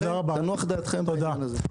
לכן, תנוח דעתכם בעניין הזה.